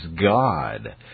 God